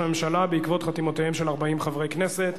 הממשלה בעקבות חתימותיהם של 40 חברי הכנסת.